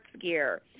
Gear